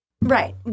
Right